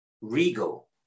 regal